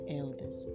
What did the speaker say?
elders